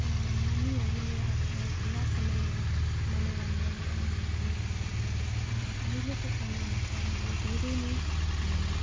नानीहरूले आफ्नो खुला समयमा मनोरन्जनका निम्ति अहिलेको समयमा त हामीले धेरै नै